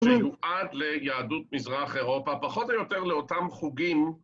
מיועד ליהדות מזרח אירופה, פחות או יותר לאותם חוגים.